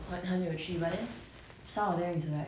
mm mm especially those 古装戏 right